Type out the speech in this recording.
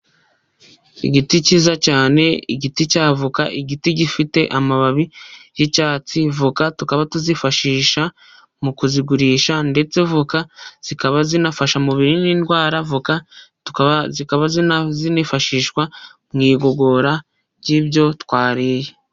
Igiti kiza cyane, igiti cya voka, igiti gifite amababi y'icyatsi, voka tukaba tuzifashisha mu kuzigurisha, ndetse voka zikaba zinafasha umubiri n'indwara, avoka zikaba zifashishwa mu igogora ry'ibyo twariye.